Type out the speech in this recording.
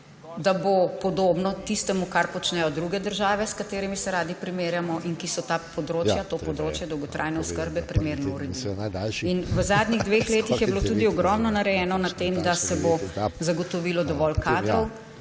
da bo podobno tistemu, kar počnejo druge države, s katerimi se radi primerjamo, ki so to področje dolgotrajne oskrbe primerno uredile. V zadnjih dveh letih je bilo tudi ogromno narejenega na tem, da se bo zagotovilo dovolj kadrov.